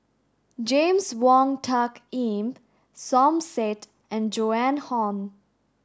James Wong Tuck Yim Som Said and Joan Hon